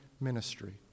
ministry